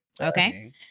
Okay